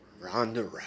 Ronda